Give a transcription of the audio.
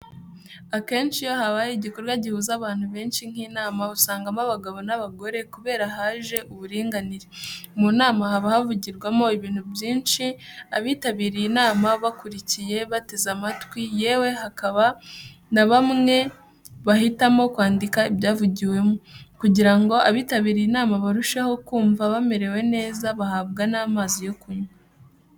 Akenshi iyo habaye igikorwa gihuza abantu benshi nk'inama, usangamo abagabo n'abagore kubera haje uburinganire. Munama haba havugirwamo ibintu byinshi, abitabiriye inama bakurikiye, bateze amatwi yewe hakaba nabamwe bahitamo kwandika ibyavugiwemo. kugirango abitabiriye inama barusheho kunva bamerewe neza, bahabwa n'amazi yo kunywa.